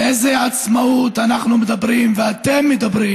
על איזו עצמאות אנחנו מדברים ואתם מדברים,